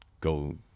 go